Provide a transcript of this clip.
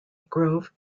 grove